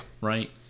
Right